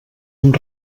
amb